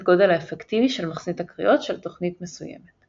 הגודל האפקטיבי של מחסנית הקריאות של תוכנית מסוימת.